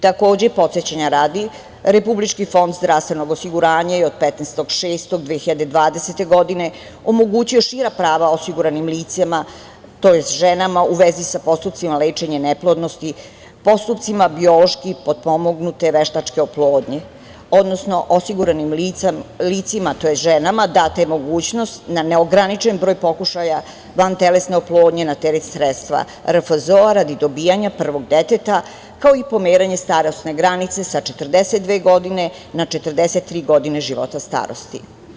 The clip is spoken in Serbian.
Takođe, podsećanja radi, Republički fond za zdravstvenog osiguranja je od 15.6.2020. godine omogućio šira prava osiguranim licima, tj. ženama u vezi sa postupcima lečenja neplodnosti, postupcima biološki potpomognute veštačke oplodnje, odnosno osiguranim licima, tj. ženama data je mogućnost na neograničen broj pokušaja vantelesne oplodnje na teret sredstva RFZO-a radi dobijanja prvog deteta, kao i pomeranje starosne granice sa 42 godine na 43 godine života starosti.